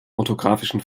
orthografischen